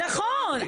נכון.